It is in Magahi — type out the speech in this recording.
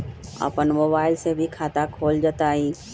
अपन मोबाइल से भी खाता खोल जताईं?